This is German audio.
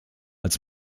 als